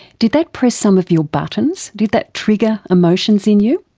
did that press some of your buttons? did that trigger emotions in you?